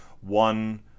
one